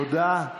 תודה.